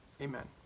amen